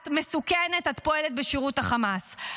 את מסוכנת, את פועלת בשירות החמאס.